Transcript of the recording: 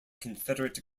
confederate